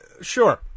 Sure